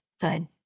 Good